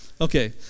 Okay